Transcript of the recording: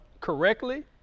correctly